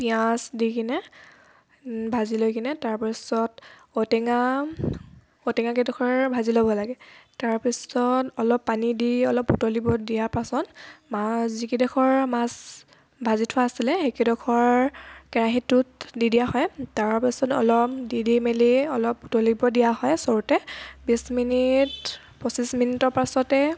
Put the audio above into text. পিঁয়াজ দিকেনে ভাজি লৈকেনে তাৰপিছত ঔ টেঙা ঔ টেঙাকেইডখৰ ভাজি ল'ব লাগে তাৰপিছত অলপ পানী দি অলপ উতলিব দিয়া পাছত মাছ যি কেইডখৰ মাছ ভাজি থোৱা আছিলে সেই কেইডখৰ কেৰাহীটোত দি দিয়া হয় তাৰপিছত অলপ দি দি মেলি অলপ উতলিব দিয়া হয় চৰুতে বিশ মিনিট পঁচিছ মিনিটৰ পাছতে